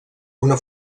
una